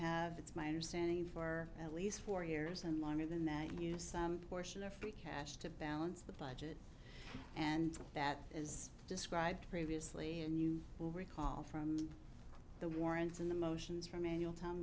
have it's my understanding for at least four years and longer than that you have some portion of free cash to balance the budget and that is described previously and you will recall from the warrants in the motions for manual t